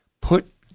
put